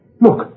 look